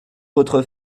votre